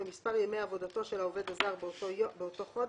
במספר ימי עבודתו של העובד הזר באותו חודש,